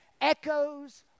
Echoes